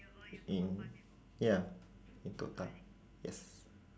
in ya in DOTA yes